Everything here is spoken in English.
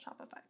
Shopify